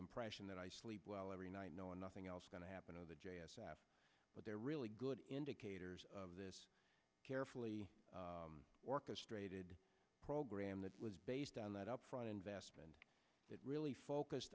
impression that i sleep well every night knowing nothing else going to happen of the j s f but they're really good indicators of this carefully orchestrated program that was based on that upfront investment that really focused